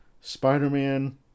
spider-man